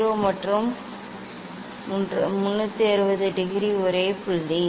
0 மற்றும் 360 டிகிரி ஒரே புள்ளி